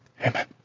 Amen